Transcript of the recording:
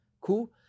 cool